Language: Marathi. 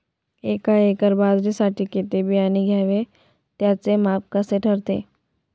एका एकर बाजरीसाठी किती बियाणे घ्यावे? त्याचे माप कसे ठरते?